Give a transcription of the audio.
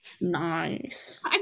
Nice